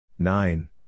nine